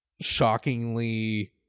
shockingly